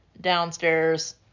downstairs